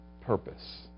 purpose